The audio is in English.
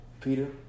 Peter